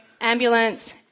ambulance